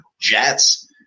Jets